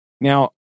Now